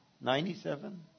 Ninety-seven